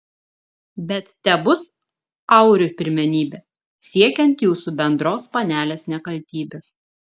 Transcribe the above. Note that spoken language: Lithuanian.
bet tebus auriui pirmenybė siekiant jūsų bendros panelės nekaltybės